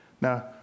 now